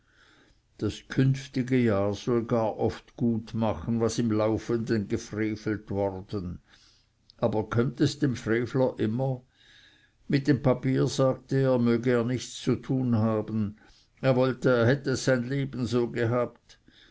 das künftige jahr soll gar oft gut machen was im laufenden gefrevelt worden aber kömmt es dem frevler immer mit dem papier sagte er möge er nichts zu tun haben er wollte er hätte es sein lebtag so gehabt